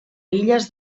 illes